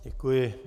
Děkuji.